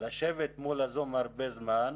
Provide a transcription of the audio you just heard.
לשבת מול הזום הרבה זמן,